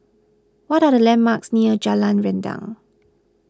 what are the landmarks near Jalan Rendang